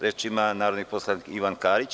Reč ima narodni poslanik Ivan Karić.